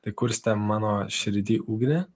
tai kurstė mano širdy ugnį